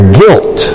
guilt